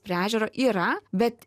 prie ežero yra bet